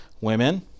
Women